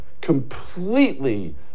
completely